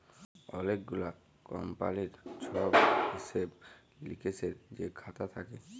অলেক গুলা কমপালির ছব হিসেব লিকেসের যে খাতা থ্যাকে